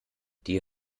die